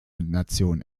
nation